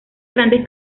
grandes